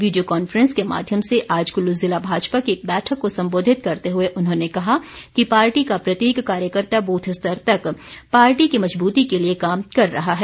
video conference के माध्यम से आज कुल्लू ज़िला भाजपा की एक बैठक को संबोधित करते हुए उन्होंने कहा कि पार्टी का प्रत्येक कार्यकर्ता बूथ स्तर तक पार्टी की मजबूती के लिए काम कर रहा है